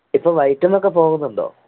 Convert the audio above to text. ഇപ്പൊള് വയറ്റില്നിന്നൊക്കെ പോകുന്നുണ്ടോ